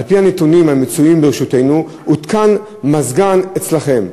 על-פי הנתונים המצויים ברשותנו הותקן מזגן אצלכם.